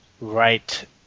right